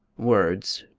words.